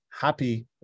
happy